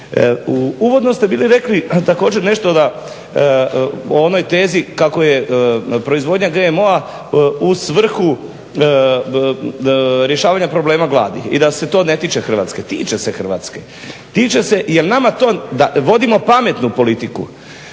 Uvodno ste bili rekli također nešto da o onoj tezi kako je proizvodnja GMO-a u svrhu rješavanja problema gladi i da se to ne tiče Hrvatske. Tiče se Hrvatske! Tiče se, jer nama to, da vodimo pametnu politiku,